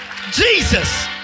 Jesus